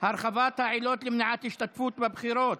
הרחבת העילות למניעת השתתפות בבחירות.